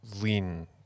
lean